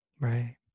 Right